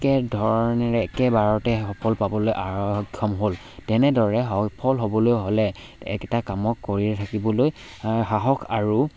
একেধৰণেৰে একেবাৰতে সফল পাবলৈ আৰক্ষম হ'ল তেনেদৰে সফল হ'বলৈ হ'লে একেটা কামক কৰি থাকিবলৈ সাহস আৰু